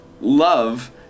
love